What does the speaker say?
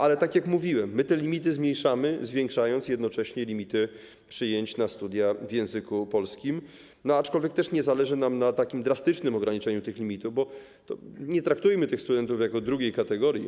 Ale tak jak mówiłem, my te limity zmniejszamy, zwiększając jednocześnie limity przyjęć na studia w języku polskim, aczkolwiek też nie zależy nam na takim drastycznym ograniczeniu tych limitów, bo nie traktujmy tych studentów jako studentów drugiej kategorii.